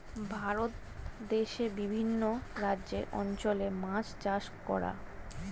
ভারত দেশে বিভিন্ন রাজ্যের অঞ্চলে মাছ চাষ করা